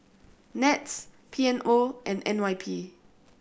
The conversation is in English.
NETS P M O and N Y P